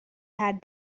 had